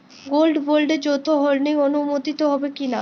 Gold বন্ডে যৌথ holding অনুমোদিত হবে কিনা?